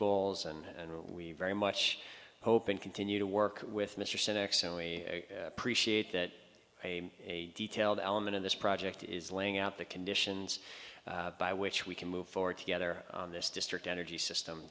goals and we very much hope and continue to work with mr cynics only appreciate that a a detailed element in this project is laying out the conditions by which we can move forward together on this district energy system